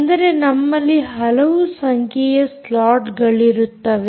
ಅಂದರೆ ನಮ್ಮಲ್ಲಿ ಹಲವು ಸಂಖ್ಯೆಯ ಸ್ಲಾಟ್ಗಳಿರುತ್ತವೆ